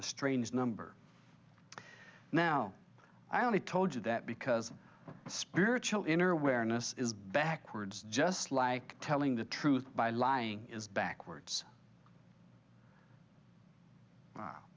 a strange number now i only told you that because i'm spiritual inner awareness is backwards just like telling the truth by lying is backwards